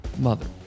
Mother